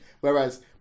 Whereas